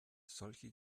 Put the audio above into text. solche